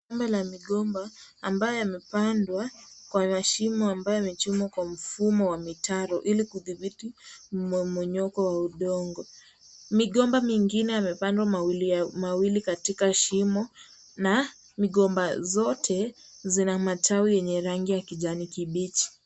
Shamba la migomba ambayo yamepandwa kwa mashimo ambayo yamechimbwa kwa mfumo wa mitaro ili kudhibiti mmomonyoko wa udongo. Migomba mingine amepandwa mawili, mawili katika shimo, na migomba zote zina matawi yenye rangi ya kijani kibichi.